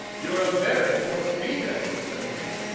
you're a very poor speaker, said the king.